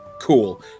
Cool